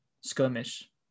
skirmish